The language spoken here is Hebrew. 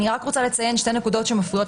אני רק רוצה לציין שתי נקודות שמפריעות